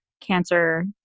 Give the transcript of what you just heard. cancer